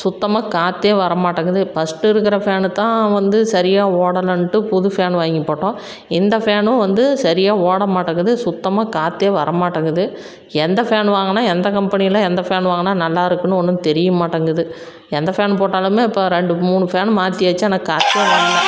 சுத்தமாக காற்றே வர மாட்டேங்கிது பஸ்ட்டு இருக்கிற ஃபேனு தான் வந்து சரியாக ஓடலைன்ட்டு புது ஃபேனு வாங்கி போட்டோம் இந்த ஃபேனும் வந்து சரியாக ஓடமாட்டேங்கிது சுத்தமாக காற்றே வரமாட்டேங்கிது எந்த ஃபேன் வாங்கினா எந்த கம்பெனியில் எந்த ஃபேன் வாங்கினா நல்லா இருக்குன்னு ஒன்றும் தெரியமாட்டேங்கிது எந்த ஃபேன் போட்டாலுமே இப்போ ரெண்டு மூணு ஃபேன் மாற்றியாச்சி ஆனால் காற்றே வரல